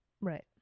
right